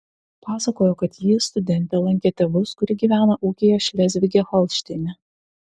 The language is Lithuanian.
pasakojo kad ji studentė lankė tėvus kurie gyvena ūkyje šlezvige holšteine